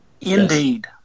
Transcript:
Indeed